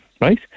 right